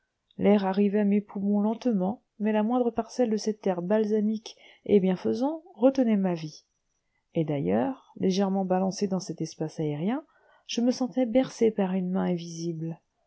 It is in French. l'air arrivait à mes poumons lentement mais la moindre parcelle de cet air balsamique et bienfaisant retenait ma vie et d'ailleurs légèrement balancé dans cet espace aérien je me sentais bercé par une main invisible